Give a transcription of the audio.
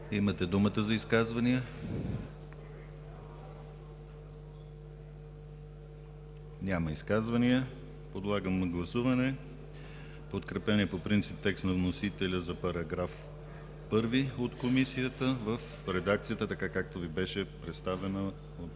Имате думата за изказвания. Няма изказвания. Подлагам на гласуване подкрепения по принцип текст на вносителя за § 1 от Комисията в редакцията, както Ви беше представена от